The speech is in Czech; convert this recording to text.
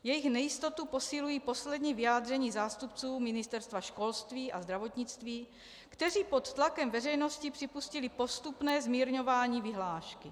Jejich nejistotu posilují poslední vyjádření zástupců ministerstev školství a zdravotnictví, kteří pod tlakem veřejnosti připustili postupné zmírňování vyhlášky.